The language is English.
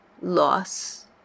loss